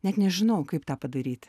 net nežinau kaip tą padaryti